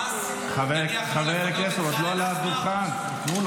אז מה, אתה תומך